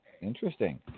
Interesting